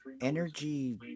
Energy